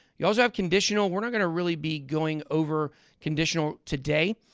you also have conditional. we're not going to really be going over conditional today.